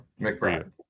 McBride